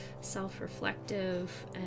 self-reflective